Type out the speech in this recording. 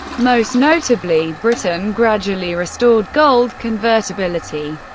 most notably britain, gradually restored gold-convertibility,